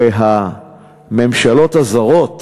הרי הממשלות הזרות